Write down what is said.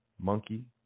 monkey